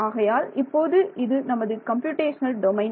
ஆகையால் இப்போது இது நமது கம்ப்யூடேஷனல் டொமைன்